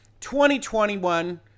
2021